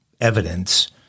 evidence